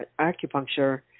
acupuncture